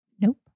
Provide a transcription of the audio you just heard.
Nope